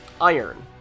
iron